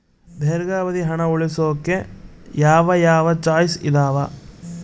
ದೇರ್ಘಾವಧಿ ಹಣ ಉಳಿಸೋಕೆ ಯಾವ ಯಾವ ಚಾಯ್ಸ್ ಇದಾವ?